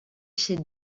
chefs